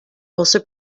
also